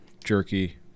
jerky